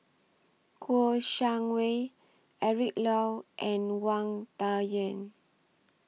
Kouo Shang Wei Eric Low and Wang Dayuan